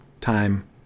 time